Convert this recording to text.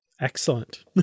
Excellent